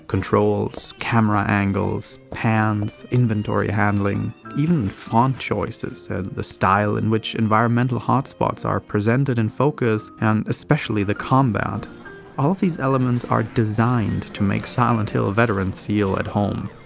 controls, camera angles, pans, inventory handling even font choices and the style in which environmental hotspots are presented in focus. and especially the combat all of these elements are designed to make silent hill veterans feel at home.